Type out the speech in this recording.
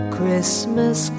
Christmas